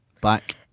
back